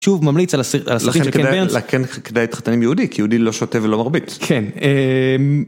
שוב ממליץ על הס... על הסרטים של קן ברנס. -לכן כדאי להתחתן עם יהודי, כי יהודי לא שותה ולא מרביץ. -כן...